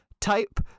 type